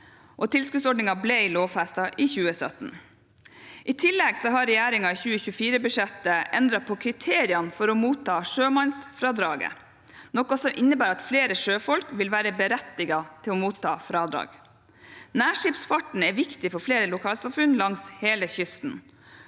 Tilskuddsordningen ble lovfestet i 2017. I tillegg har regjeringen i 2024-budsjettet endret på kriteriene for å motta sjømannsfradrag, noe som innebærer at flere sjøfolk vil være berettiget til å motta fradrag. Nærskipsfarten er viktig for flere lokalsamfunn langs hele kysten.